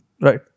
Right